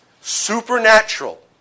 supernatural